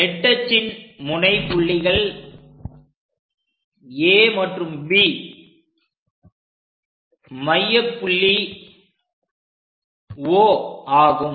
நெட்டச்சின் முனை புள்ளிகள் A மற்றும் B மையப் புள்ளி O ஆகும்